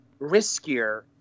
riskier